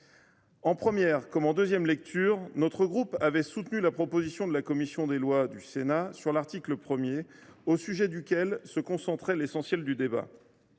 En première comme en deuxième lecture, notre groupe avait soutenu la position de la commission des lois du Sénat sur l’article 1, qui concentrait l’essentiel du débat.